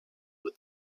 with